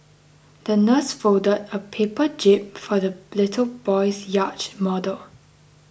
the nurse folded a paper jib for the little boy's yacht model